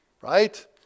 Right